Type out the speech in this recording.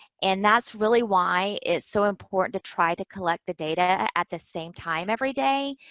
and that's really why it's so important to try to collect the data at the same time every day,